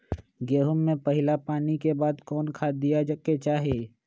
गेंहू में पहिला पानी के बाद कौन खाद दिया के चाही?